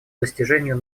достижению